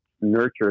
nurture